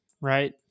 right